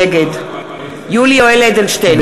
נגד יולי יואל אדלשטיין,